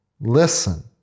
listen